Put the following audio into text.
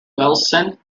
wilson